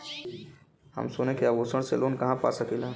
हम सोने के आभूषण से लोन कहा पा सकीला?